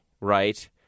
right